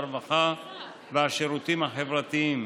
הרווחה והשירותים החברתיים.